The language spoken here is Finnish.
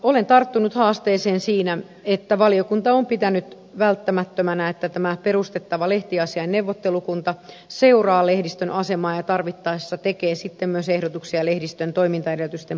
olen tarttunut haasteeseen siinä että valiokunta on pitänyt välttämättömänä että tämä perustettava lehtiasiain neuvottelukunta seuraa lehdistön asemaa ja tarvittaessa tekee sitten myös ehdotuksia lehdistön toimintaedellytysten parantamiseksi